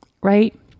right